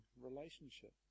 relationship